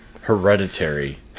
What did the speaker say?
Hereditary